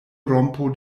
rompo